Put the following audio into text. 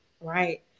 Right